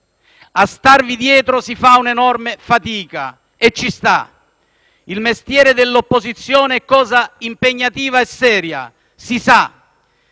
A starvi dietro si fa un'enorme fatica, e ci sta: il mestiere dell'opposizione è cosa impegnativa è seria, si sa,